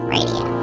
Radio